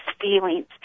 feelings